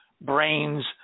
brains